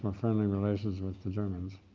ah friendly relationship with the germans.